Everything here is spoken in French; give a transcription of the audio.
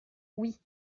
oui